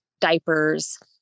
diapers